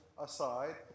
aside